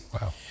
Wow